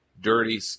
dirty